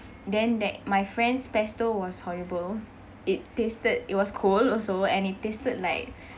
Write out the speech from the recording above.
then that my friend's pesto was horrible it tasted it was cold also and it tasted like